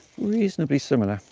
reasonably similar.